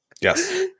Yes